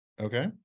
Okay